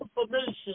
information